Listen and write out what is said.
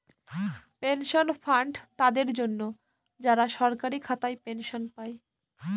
pension fund তাদের জন্য, যারা সরকারি খাতায় পেনশন পায়